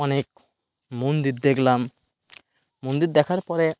অনেক মন্দির দেখলাম মন্দির দেখার পরে